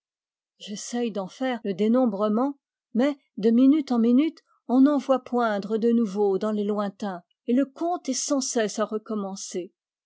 j'essaye d'en faire le dénombrement mais de minute en minute on en voit poindre de nouveaux dans les lointains et le compte est sans cesse à recommencer